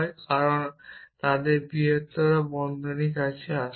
কারণ তারা বৃহত্তর বন্ধনীর মধ্যে আসে